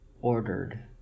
ordered